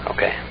Okay